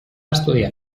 estudiar